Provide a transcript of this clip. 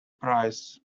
prize